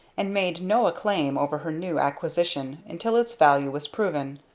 and made no acclaim over her new acquisition until its value was proven.